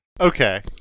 Okay